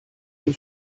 dem